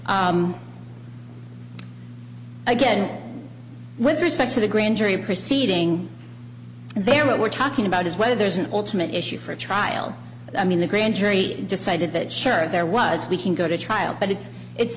tad again with respect to the grand jury proceeding there what we're talking about is whether there's an ultimate issue for a trial i mean the grand jury decided that sure there was we can go to trial but it's it's